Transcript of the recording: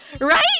Right